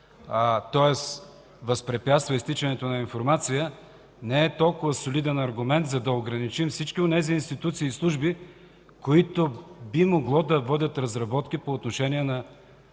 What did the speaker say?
тоест възпрепятства изтичането на информация, не е толкова солиден аргумент, за да ограничим всички онези институции и служби, които би могло да бъдат разработки по отношение на